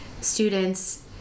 students